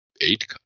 eight